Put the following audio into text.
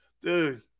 Dude